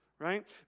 Right